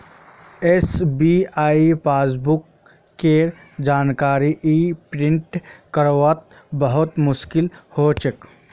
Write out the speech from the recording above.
SBI passbook केर जानकारी क प्रिंट करवात बहुत मुस्कील हो छे